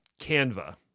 Canva